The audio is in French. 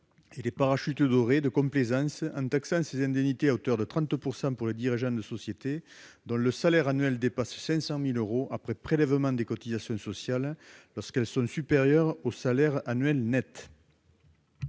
et les parachutes dorés de complaisance, en taxant ces indemnités à hauteur de 30 % pour les dirigeants de sociétés dont le salaire annuel dépasse 500 000 euros après prélèvement des cotisations sociales, lorsqu'elles sont supérieures au salaire annuel net.